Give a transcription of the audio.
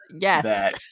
yes